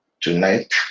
tonight